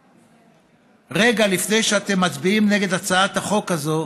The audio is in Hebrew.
רגע לפני שאתם מצביעים נגד הצעת החוק הזאת,